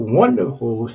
wonderful